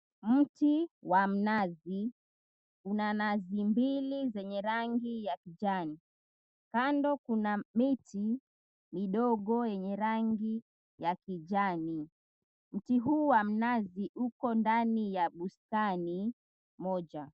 Mti wa mnazi, una nazi mbili zenye rangi ya kijani. Kando kuna miti midogo yenye rangi ya kijani. Mti huu wa mnazi uko ndani ya bustani moja.